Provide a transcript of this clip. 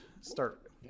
start